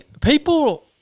people